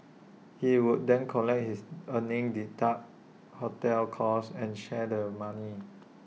he would then collect his earnings deduct hotel costs and share the money